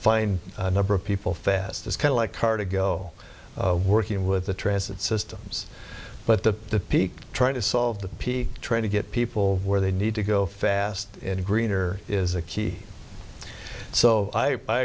find a number of people fast is kind of like car to go all working with the transit systems but the peak trying to solve the peak trying to get people where they need to go fast and greener is a key so i